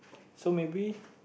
so maybe